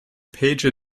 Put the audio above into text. page